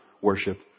worship